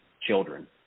children